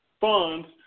funds